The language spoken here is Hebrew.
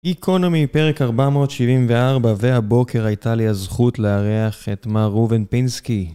גיקונומי, פרק 474, והבוקר הייתה לי הזכות לארח את מר ראובן פינסקי.